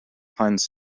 pines